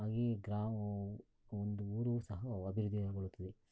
ಹಾಗೆ ಗ್ರಾಮವು ಒಂದು ಊರು ಸಹ ಅಭಿವೃದ್ದಿಗೊಳ್ಳುತ್ತದೆ